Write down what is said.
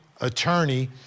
attorney